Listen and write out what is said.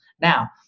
Now